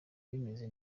bimeze